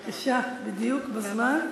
בבקשה, בדיוק בזמן: